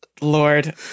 Lord